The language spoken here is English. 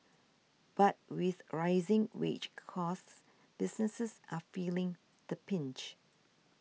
but with rising wage costs businesses are feeling the pinch